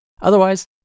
Otherwise